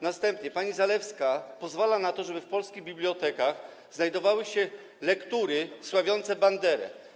Następnie pani Zalewska pozwala na to, żeby w polskich bibliotekach znajdowały się lektury sławiące Banderę.